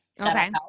okay